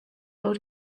old